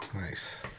Nice